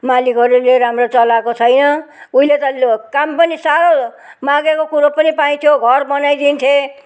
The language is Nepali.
मालिकहरूले राम्रो चलाएको छैन उहिले त काम पनि साह्रो मागेको कुरो पनि पाइन्थ्यो घर बनाइदिन्थे